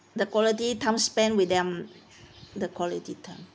the quality time spend with them the quality time